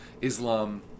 Islam